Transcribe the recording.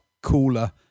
cooler